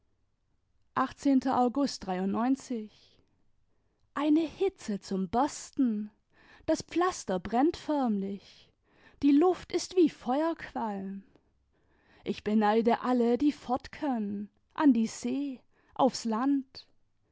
august eine hitze zum bersten das pflaster brennt förmlich die luft ist wie feuerqualm ich beneide alle die fortkönnen an die see aufs land